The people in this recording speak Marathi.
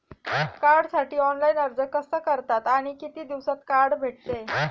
कार्डसाठी ऑनलाइन अर्ज कसा करतात आणि किती दिवसांत कार्ड भेटते?